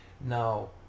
Now